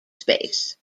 space